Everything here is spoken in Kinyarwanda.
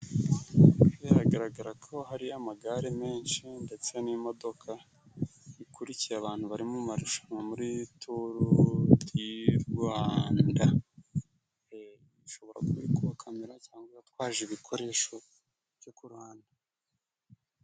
Biragaragara ko hari amagare menshi ndetse n'imodoka ikurikiye abantu bari marushanwa muri turudirwanda. Ishobora kuba iri kubakamera cyangwa ibatwaje ibikoresho byo kuhande.